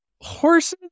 Horses